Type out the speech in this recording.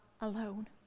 alone